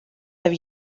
have